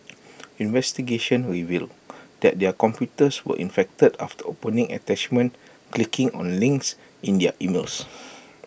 investigations revealed that their computers were infected after opening attachments clicking on links in their emails